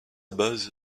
base